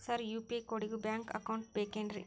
Sir UPI ಕೋಡಿಗೂ bank account ಬೇಕೆನ್ರಿ?